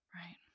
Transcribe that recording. Right